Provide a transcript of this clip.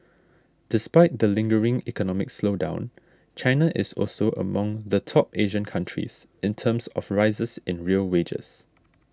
despite the lingering economic slowdown China is also among the top Asian countries in terms of rises in real wages